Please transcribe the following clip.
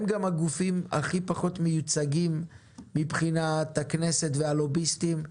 הם גם הגופים הכי פחות מיוצגים מבחינת הכנסת והלוביסטים.